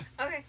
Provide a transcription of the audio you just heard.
Okay